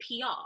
PR